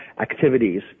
activities